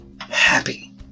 happy